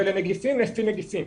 ולנגיפים לפי נגיפים.